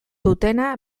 dutena